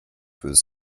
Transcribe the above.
with